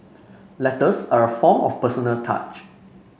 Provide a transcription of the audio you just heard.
letters are a form of personal touch